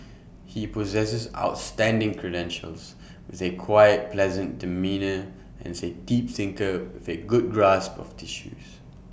he possesses outstanding credentials with A quiet pleasant demeanour and is A deep thinker with A good grasp of issues